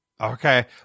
Okay